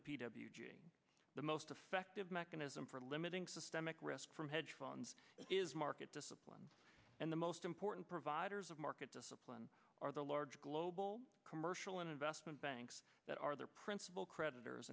g the most effective mechanism for limiting systemic risk from hedge funds is market discipline and the most important providers of market discipline are the large global commercial and investment banks that are their principal creditors